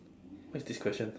what is this question